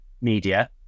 media